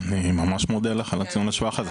אני ממש מודה לך על הציון לשבח הזה,